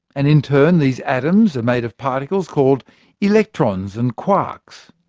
and in turn, these atoms are made of particles called electrons and quarks.